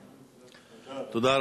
תודה.